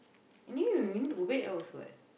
anyway you need to wait also what